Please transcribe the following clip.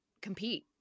compete